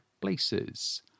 places